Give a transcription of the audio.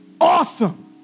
awesome